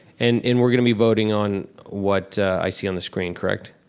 and and we're gonna be voting on what i see on the screen, correct?